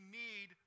need